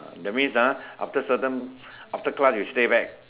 that means ah after certain after class you stay back